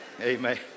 Amen